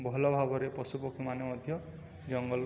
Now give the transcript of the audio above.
ଭଲ ଭାବରେ ପଶୁପକ୍ଷୀ ମାନେ ମଧ୍ୟ ଜଙ୍ଗଲରେ